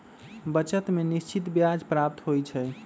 बचत में निश्चित ब्याज प्राप्त होइ छइ